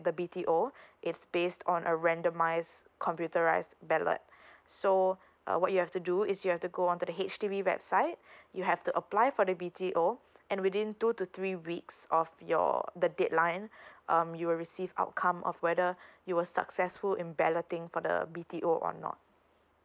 the B_T_O it's based on a randomize computerized ballot so uh what you have to do is you have to go on to the H_D_B website you have to apply for the B_T_O and within two to three weeks of your the deadline um you will receive outcome of whether it was successful in balloting for the B_T_O or not